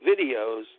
videos